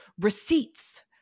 receipts